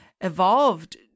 evolved